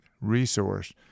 resource